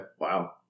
Wow